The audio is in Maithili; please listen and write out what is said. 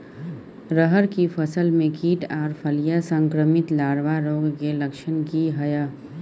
रहर की फसल मे कीट आर फलियां संक्रमित लार्वा रोग के लक्षण की हय?